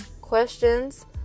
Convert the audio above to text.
questions